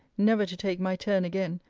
never to take my turn again,